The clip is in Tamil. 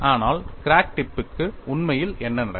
ஆனால் கிராக் டிப்புக்கு உண்மையில் என்ன நடக்கும்